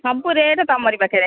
ସବୁ ରେଟ୍ ତୁମରି ପାଖରେ